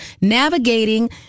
navigating